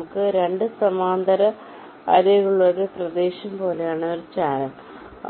നമുക്ക് 2 സമാന്തര അരികുകളുള്ള ഒരു പ്രദേശം പോലെയാണ് ഒരു ചാനൽ